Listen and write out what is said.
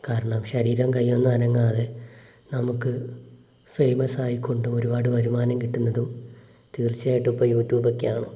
കാരണം ശരീരം കയ്യൊന്നും അനങ്ങാതെ നമുക്ക് ഫെയ്മസായിക്കൊണ്ട് ഒരുപാട് വരുമാനം കിട്ടുന്നതും തീർച്ചയായിട്ടും ഇപ്പോൾ യൂട്യൂബ് ഒക്കെയാണ്